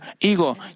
ego